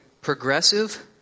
progressive